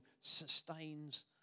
sustains